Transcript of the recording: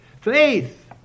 Faith